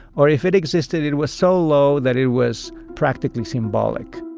or if it existed, it was so low that it was practically symbolic